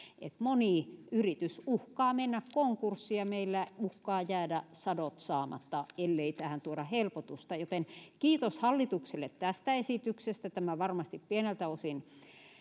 moni yritys uhkaa mennä konkurssiin ja meillä uhkaa jäädä sadot saamatta ellei tähän tuoda helpotusta joten kiitos hallitukselle tästä esityksestä tämä varmasti pieneltä osin